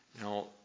Now